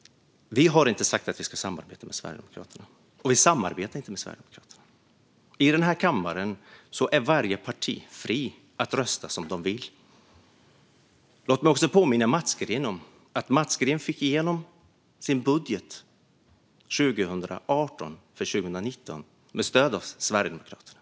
Vi samarbetar inte med Sverigedemokraterna, och vi har inte sagt att vi ska samarbeta med Sverigedemokraterna. I den här kammaren står det varje parti fritt att rösta som det vill. Låt mig också påminna Mats Green om att han fick igenom sin budget för 2019 med stöd av Sverigedemokraterna.